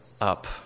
up